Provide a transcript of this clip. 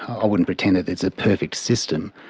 i wouldn't pretend that it's a perfect system,